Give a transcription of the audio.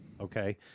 Okay